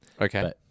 Okay